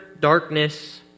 darkness